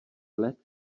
let